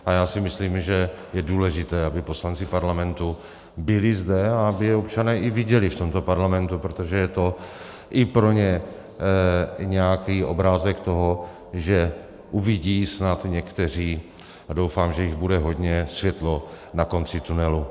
A já si myslím, že je důležité, aby poslanci parlamentu byli zde, aby je občané i viděli v tomto parlamentu, protože je to i pro ně nějaký obrázek toho, že uvidí snad někteří doufám, že jich bude hodně světlo na konci tunelu.